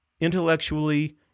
Intellectually